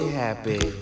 happy